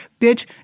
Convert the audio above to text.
Bitch